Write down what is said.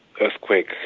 earthquake